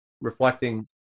reflecting